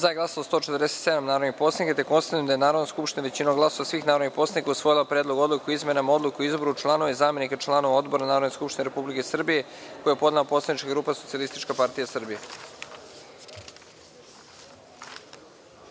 prisutnih 156 narodnih poslanika. Konstatujem da je Narodna skupština većinom glasova svih narodnih poslanika usvojila Predlog odluke o izmenama Odluke o izboru članova i zamenika članova odbora Narodne skupštine Republike Srbije, koji je podnela poslanička grupa Socijalistička partija